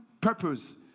purpose